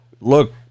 look